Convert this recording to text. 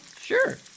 sure